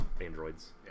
androids